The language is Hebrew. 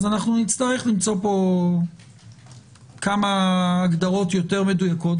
אנחנו נצטרך למצוא פה כמה הגדרות מדויקות יותר.